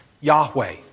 Yahweh